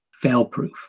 fail-proof